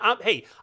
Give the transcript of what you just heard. Hey